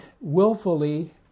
willfully